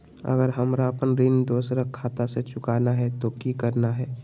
अगर हमरा अपन ऋण दोसर खाता से चुकाना है तो कि करना है?